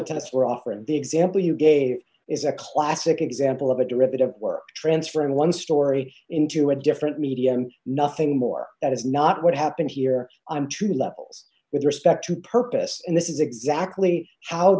offering the example you gave is a classic example of a derivative work transferring one story into a different media and nothing more that is not what happened here on two levels with respect to purpose and this is exactly how